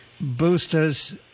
boosters